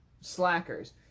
slackers